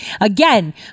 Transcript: Again